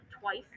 twice